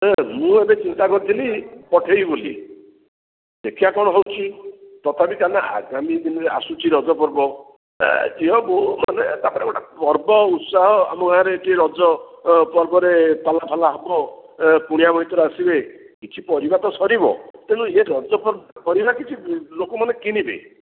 ହେଲା ମୁଁ ଏବେ ଚିନ୍ତା କରିଥିଲି ପଠାଇବି ବୋଲି ଦେଖିବା କ'ଣ ହେଉଛି ତଥାପି ତୁମେ ଆଗାମୀ ଦିନରେ ଆସୁଛି ରଜ ପର୍ବ ଝିଅ ବୋହୁମାନେ ତା'ପରେ ଗୋଟେ ଅଛି ପର୍ବ ଉତ୍ସାହ ଆମ ଗାଁରେ ଏଠି ରଜ ପର୍ବରେ ପାଲାଫାଲା ହେବ କୁଣିଆ ମଇତ୍ର ଆସିବେ କିଛି ପରିବା ତ ସରିବ ତେଣୁ ଏ ରଜ ପର୍ବ ପରିବା କିଛି ଲୋକମାନେ କିଣିବେ